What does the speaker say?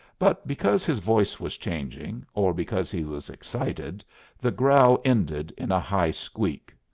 but because his voice was changing, or because he was excited the growl ended in a high squeak.